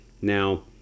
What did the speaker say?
Now